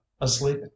asleep